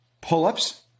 Pull-ups